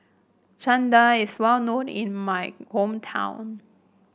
Chana Dal is well known in my hometown